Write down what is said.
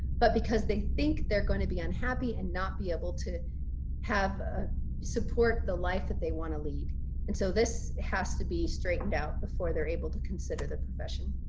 but because they think they're going to be unhappy and not be able to have ah support the life that they want to lead and so this has to be straightened out before they're able to consider the profession.